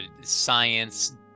science